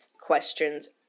questions